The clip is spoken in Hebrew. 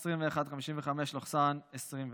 פ/2155/24,